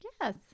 Yes